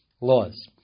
laws